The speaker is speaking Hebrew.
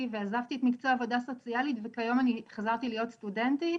ועזבתי את מקצוע העבודה הסוציאלית וכיום אני חזרתי להיות סטודנטית,